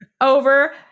over